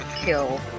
kill